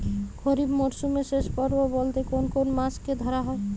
খরিপ মরসুমের শেষ পর্ব বলতে কোন কোন মাস কে ধরা হয়?